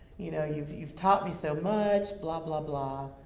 you know, you've you've taught me so much, blah, blah, blah.